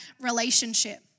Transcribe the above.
relationship